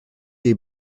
les